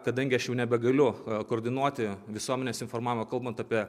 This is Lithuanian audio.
kadangi aš jau nebegaliu koordinuoti visuomenės informavimo kalbant apie